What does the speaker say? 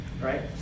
right